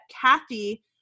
Kathy